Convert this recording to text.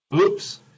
Oops